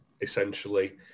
essentially